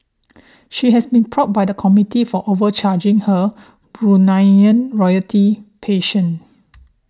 she has been probed by the committees for overcharging her Bruneian royalty patient